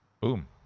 Boom